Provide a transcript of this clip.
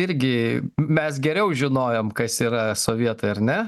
irgi mes geriau žinojom kas yra sovietai ar ne